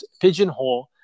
pigeonhole